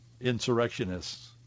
insurrectionists